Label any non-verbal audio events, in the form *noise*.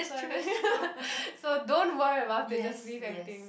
so I think *laughs* so don't worry about it just leave everything